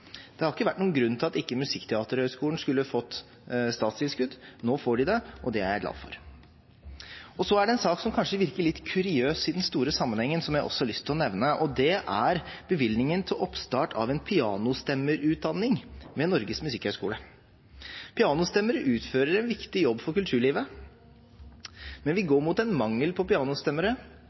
Det har ikke vært noen grunn til at Musikkteaterhøyskolen ikke skulle få statstilskudd. Nå får de det, og det er jeg glad for. Det er en sak som kanskje virker litt kuriøs i den store sammenhengen, som jeg også har lyst til å nevne, og det er bevilgningen til oppstart av en pianostemmerutdanning ved Norges musikkhøgskole. Pianostemmere utfører en viktig jobb for kulturlivet, men vi går mot en mangel på pianostemmere